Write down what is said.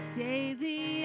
daily